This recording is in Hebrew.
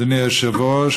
אדוני היושב-ראש,